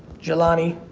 jilani,